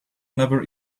never